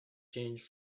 change